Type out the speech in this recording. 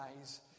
eyes